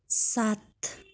सात